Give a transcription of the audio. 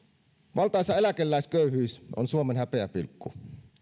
valtaisa eläkeläisköyhyys on suomen häpeäpilkku